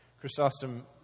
Chrysostom